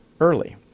early